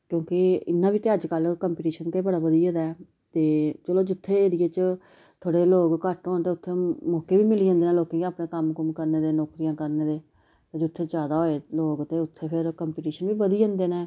क्योंकि इन्ना बी ते अजकल्ल कंम्पीटिशन गै बड़ा बधी गेदा ऐ ते चलो जित्थै एरिये च थोह्ड़े लोक घट्ट होन ते उत्थै मौके बी मिली जंदे न लोकें गी अपने कम्म कुम्म करने दे नौकरियां करने दे ते जित्थै जैदा होए लोक ते उत्थै फिर कंपीटीशन बी बधी जंदे न